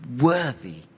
worthy